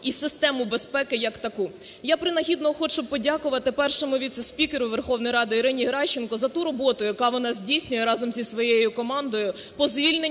і систему безпеки як таку. Я принагідно, хочу подякувати Першому віце-спікеру Верховної Ради Ірині Геращенко за ту роботу, яку вона здійснює разом зі своєю командою по звільненню